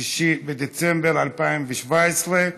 6 בדצמבר 2017,